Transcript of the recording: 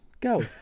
Go